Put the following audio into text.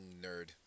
nerd